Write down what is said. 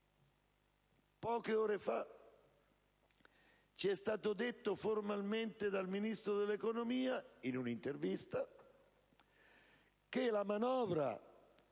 Poche ore fa, ci è stato detto formalmente dal Ministro dell'economia, in un'intervista, che la manovra